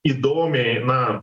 įdomiai na